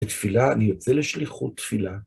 בתפילה, אני יוצא לשליחות תפילה.